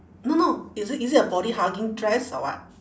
no no is it is it a body hugging dress or what